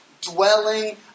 dwelling